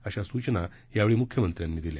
अशा सूचना यावेळी मुख्यमंत्र्यांनी दिल्या